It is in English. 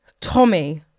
Tommy